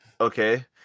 okay